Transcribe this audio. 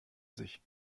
sich